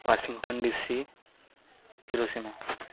Washington DC Hiroshima